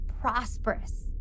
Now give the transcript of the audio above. prosperous